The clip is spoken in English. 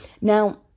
Now